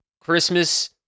Christmas